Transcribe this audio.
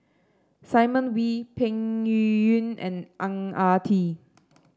Simon Wee Peng Yuyun and Ang Ah Tee